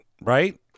right